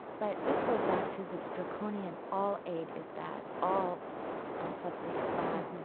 but this goes back to this draconian all aid is bad, all um subsidy is bad.